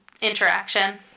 interaction